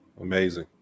Amazing